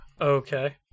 Okay